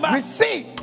Receive